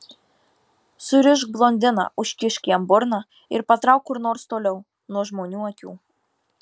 surišk blondiną užkišk jam burną ir patrauk kur nors toliau nuo žmonių akių